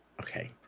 Okay